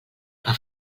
que